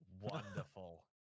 Wonderful